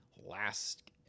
last